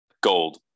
Gold